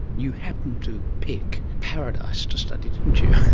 you happened to pick paradise to study, didn't you?